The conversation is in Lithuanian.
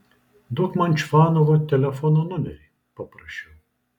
duok man čvanovo telefono numerį paprašiau